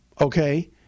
okay